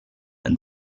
and